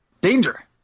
danger